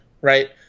right